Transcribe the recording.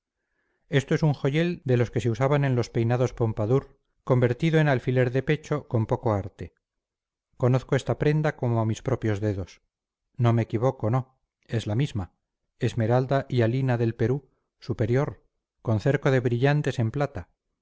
esto es un joyel de los que se usaban en los peinados pompadour convertido en alfiler de pecho con poco arte conozco esta prenda como a mis propios dedos no me equivoco no es la misma esmeralda hialina del perú superior con cerco de brillantes en plata